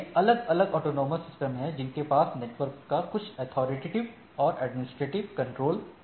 इसलिए अलग अलग ऑटोनॉमस सिस्टम हैं जिनके पास नेटवर्क का कुछ अथॉरिटेटिव और एडमिनिस्ट्रेटिव कंट्रोल